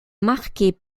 marqués